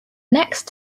next